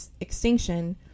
extinction